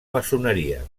maçoneria